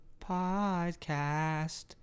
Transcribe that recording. podcast